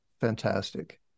fantastic